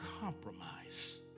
compromise